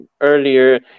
earlier